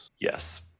yes